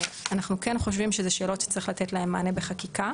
ואנחנו כן חושבים שאלה שאלות שצריך לתת להן מענה בחקיקה.